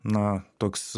na toks